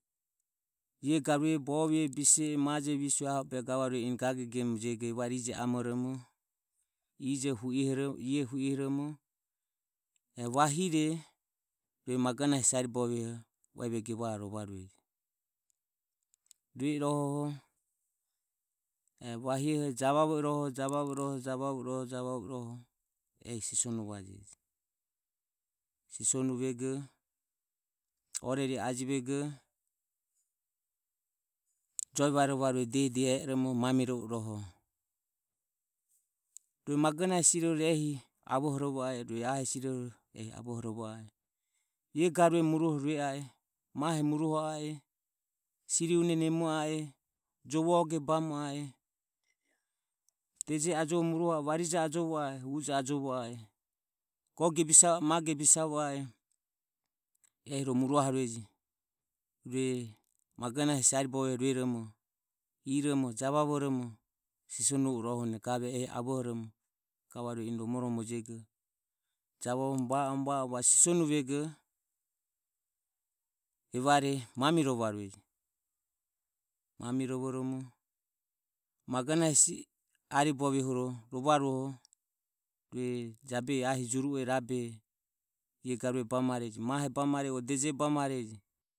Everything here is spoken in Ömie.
Ie garue bovie bise e majo visue aho o gage gemu jego evare ije amaromo ije hu i horomo ie hu ihoromo e vahire rue magona hesi agane uevego ro vahioho javavo i roho javavo i roho javavo i roho ehi sisonuvadeje. Sisonuvego orari e ajivego joe Vaerovaueje diehi diehi e o romo soroe mamirovo i roho rue magonahe hesi rohu ro avohorovo a e rue a hesi ro huro ehi avohorovo a e ie garue muruoho bu o rue a e mahe muruoho romo siri une nemo a e jovo oge bamo a e deje ajovoromo muroho a e varija ajovoromo muruoho a e uje ajovo a e gogie bisavo a e mage bisavo a e ehi ro muruoharueje. Ehi magonahe hesi aribovie rueromo iromo javavoromo sisonuvo iroho gave i ehi avoho anue ga anue eni romoromoro jego avohoromo va o va sisonuvego mamirovarueje. Mamirovoromo magonahe hesi aribovihuro rovaroho rue jabehi ahi jure rabe ie garue bamare mahe bamare o deje bamare